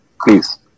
please